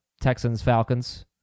Texans-Falcons